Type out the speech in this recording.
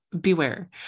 beware